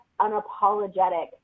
unapologetic